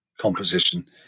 composition